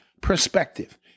Perspective